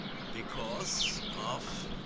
because of